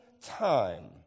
time